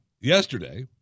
yesterday